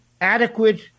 adequate